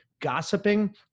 Gossiping